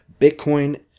Bitcoin